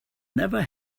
never